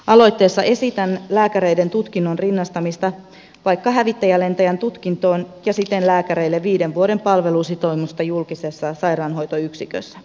aloitteessa esitän lääkäreiden tutkinnon rinnastamista vaikka hävittäjälentäjän tutkintoon ja siten lääkäreille viiden vuoden palvelusitoumusta julkisessa sairaanhoitoyksikössä